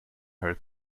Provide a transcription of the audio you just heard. her